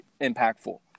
impactful